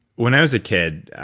when i was a kid,